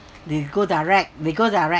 they go direct they go direct